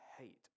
hate